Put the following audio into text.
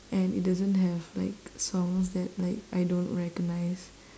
and it doesn't have like songs that like I don't recognise